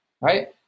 right